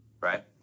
right